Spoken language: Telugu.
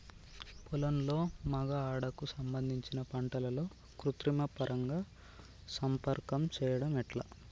పొలంలో మగ ఆడ కు సంబంధించిన పంటలలో కృత్రిమ పరంగా సంపర్కం చెయ్యడం ఎట్ల?